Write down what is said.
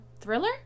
Thriller